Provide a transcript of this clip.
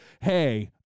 hey